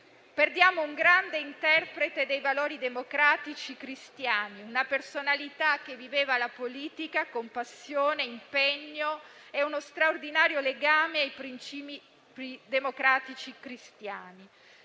Perdiamo un grande interprete dei valori democratico-cristiani, una personalità che viveva la politica con passione e impegno e con uno straordinario legame ai principi democratico-cristiani.